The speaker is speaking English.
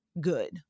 good